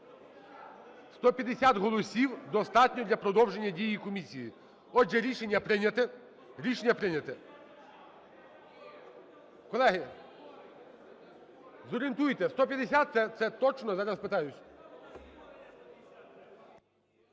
150 голосів достатньо для продовження дії комісії. Отже, рішення прийнято, рішення прийнято. Колеги, зорієнтуйте, 150 - це точно? Зараз питаюсь.